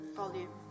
volume